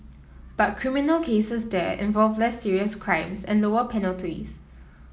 but criminal cases there involve less serious crimes and lower penalties